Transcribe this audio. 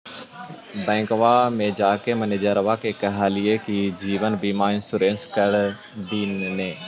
बैंकवा मे जाके मैनेजरवा के कहलिऐ कि जिवनबिमा इंश्योरेंस कर दिन ने?